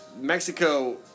Mexico